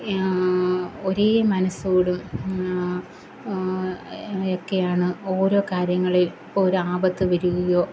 ഒരേ മനസ്സോടും ഒക്കെയാണ് ഓരോ കാര്യങ്ങളില് ഒരു ആപത്ത് വരുകയോ